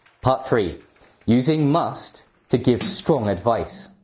part three using must to give strong advice.